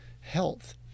health